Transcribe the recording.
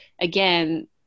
again